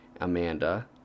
Amanda